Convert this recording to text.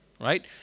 right